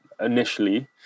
initially